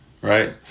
Right